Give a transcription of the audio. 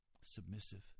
submissive